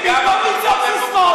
במקום לצעוק ססמאות,